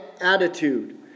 attitude